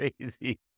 crazy